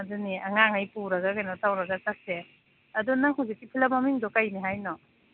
ꯑꯗꯨꯅꯦ ꯑꯉꯥꯡꯈꯩ ꯄꯨꯔꯒ ꯀꯩꯅꯣ ꯇꯧꯔꯒ ꯆꯠꯁꯦ ꯑꯗꯨ ꯅꯪ ꯍꯧꯖꯤꯛꯀꯤ ꯐꯤꯂꯝ ꯃꯃꯤꯡꯗꯣ ꯀꯩꯅꯤ ꯍꯥꯏꯅꯣ